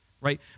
right